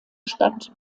stadt